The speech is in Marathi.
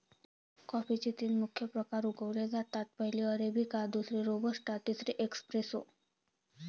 कॉफीचे तीन मुख्य प्रकार उगवले जातात, पहिली अरेबिका, दुसरी रोबस्टा, तिसरी एस्प्रेसो